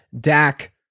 Dak